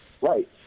Right